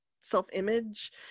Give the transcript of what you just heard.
self-image